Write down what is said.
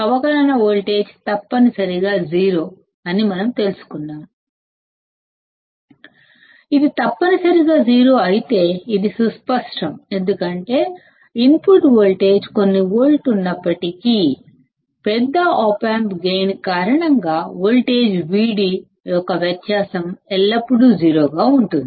అవకలన వోల్టేజ్ తప్పనిసరిగా శూన్యం అని మనం అనుకుంటాము ఇది తప్పనిసరిగా శూన్యం అయితే ఇది సుస్పష్టం ఎందుకంటే ఇన్పుట్ వోల్టేజ్ కొన్ని వోల్ట్స్ ఉన్నప్పటికీ ఎక్కువ ఆప్ ఆంప్ గైన్ కారణంగా వోల్టేజ్ వ్యత్యాసం Vd ఎల్లప్పుడూ శూన్యం గా ఉంటుంది